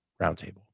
Roundtable